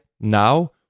now